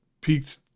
peaked